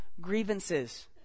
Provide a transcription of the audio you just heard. grievances